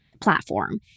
platform